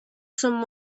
some